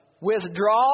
Withdraw